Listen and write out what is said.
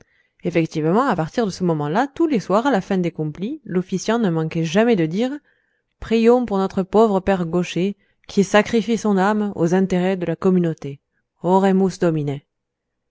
effectivement à partir de ce moment-là tous les soirs à la fin des complies l'officiant ne manquait jamais de dire prions pour notre pauvre père gaucher qui sacrifie son âme aux intérêts de la communauté oremus domine